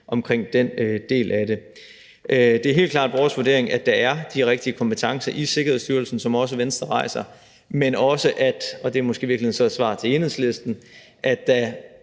det i udvalgsarbejdet. Det er helt klart vores vurdering, at der er de rigtige kompetencer i Sikkerhedsstyrelsen, som også Venstre rejser som spørgsmål, men også – og det er måske så i virkeligheden et svar til Enhedslisten – at der